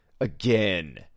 Again